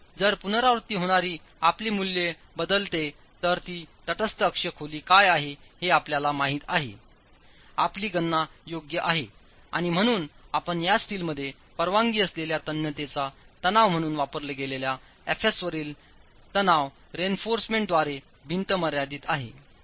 तर जर पुनरावृत्ती होणारी आपली मूल्य बदलते तर तीतटस्थ अक्ष खोलीकाय आहे हे आपल्याला माहितआहे आपली गणना योग्य आहे आणि म्हणून आपण या स्टीलमध्ये परवानगी असलेल्या तन्यतेचा तणाव म्हणून वापरल्या गेलेल्या Fs वरील तणाव रेइन्फॉर्समेंट द्वारे भिंत मर्यादित आहे